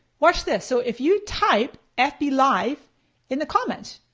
watch this. so if you type fblive in the comments,